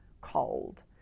cold